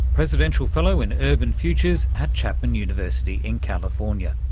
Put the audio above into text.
presidential fellow in urban futures at chapman university in california.